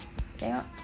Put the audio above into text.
tengok